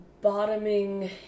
bottoming